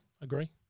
agree